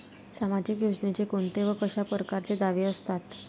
सामाजिक योजनेचे कोंते व कशा परकारचे दावे असतात?